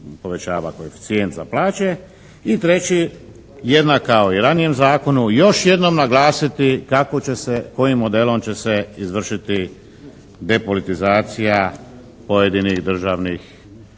povećava koeficijent za plaće i treći jednak kao i ranijem zakonu još jednom naglasiti kako će se, kojim modelom će se izvršiti depolitizacija pojedinih državnih